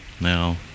No